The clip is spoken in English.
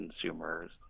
consumers